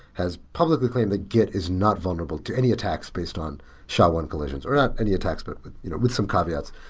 has publicly claimed that git is not vulnerable to any attacks based on sha one collisions, or not any attacks, but with you know with some caveats.